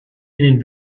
den